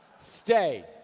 Stay